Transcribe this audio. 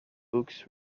books